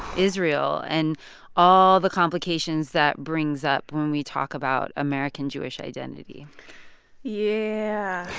israel, and all the complications that brings up when we talk about american jewish identity yeah